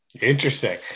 Interesting